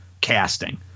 casting